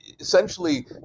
Essentially